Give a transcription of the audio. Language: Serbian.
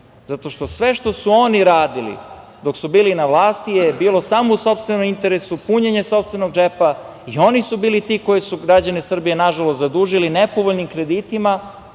zato što sve dok su oni radili dok su bili na vlasti je bilo samo u sopstvenom interesu, punjenje sopstvenog džepa i oni su bili ti koji su građane Srbije, nažalost, zadužili nepovoljnim kreditima